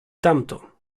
tamto